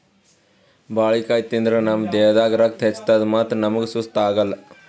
ಬಾಳಿಕಾಯಿ ತಿಂದ್ರ್ ನಮ್ ದೇಹದಾಗ್ ರಕ್ತ ಹೆಚ್ಚತದ್ ಮತ್ತ್ ನಮ್ಗ್ ಸುಸ್ತ್ ಆಗಲ್